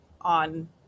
on